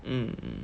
mm